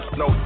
no